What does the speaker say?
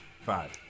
Five